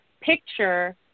picture